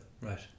Right